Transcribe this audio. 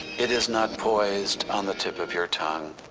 it is not poised on the tip of your tongue,